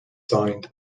signed